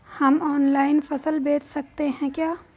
हम ऑनलाइन फसल बेच सकते हैं क्या?